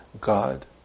God